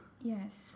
Yes